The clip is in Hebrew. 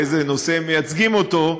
באיזה נושא הם מייצגים אותו,